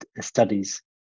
studies